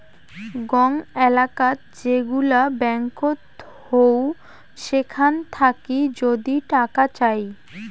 গং এলেকাত যেগুলা ব্যাঙ্কত হউ সেখান থাকি যদি টাকা চাই